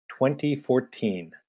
2014